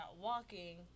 walking